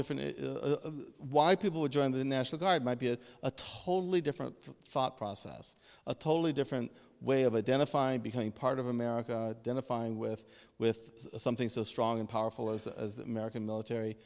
different a why people would join the national guard might be a totally different thought process a totally different way of identifying becoming part of america then a fine with with something so strong and powerful as a american military